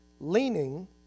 Leaning